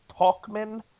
Talkman